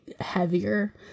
heavier